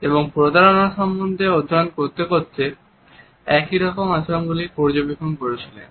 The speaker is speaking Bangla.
এবং প্রতারণা সম্পর্কে অধ্যয়ন করতে করতে একই রকম আচরণগুলি পর্যবেক্ষণ করেছিলেন